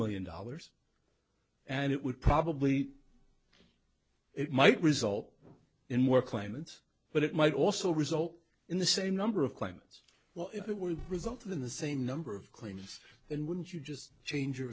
million dollars and it would probably it might result in more claimants but it might also result in the same number of clients well if it were resulted in the same number of claims and wouldn't you just change